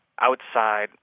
outside